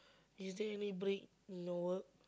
is there any break in your work